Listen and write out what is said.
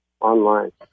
online